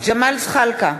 ג'מאל זחאלקה,